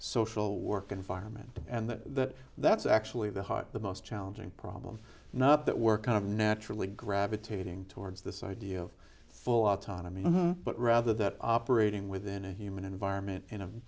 social work environment and that that's actually the heart the most challenging problem not that we're kind of naturally gravitating towards this idea of full autonomy but rather that operating within a human environment